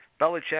Belichick